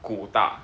骨大